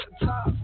top